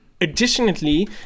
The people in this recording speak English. Additionally